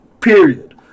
period